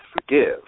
forgive